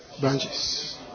branches